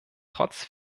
trotz